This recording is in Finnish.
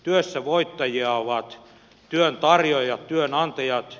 työssä voittajia ovat työn tarjoajat työnantajat